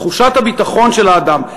תחושת הביטחון של האדם,